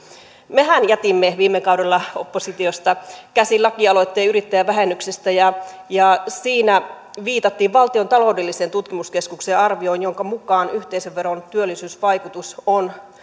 mehän jätimme viime kaudella oppositiosta käsin lakialoitteen yrittäjävähennyksestä ja ja siinä viitattiin valtion taloudellisen tutkimuskeskuksen arvioon jonka mukaan yhteisöveron työllisyysvaikutus on